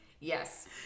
Yes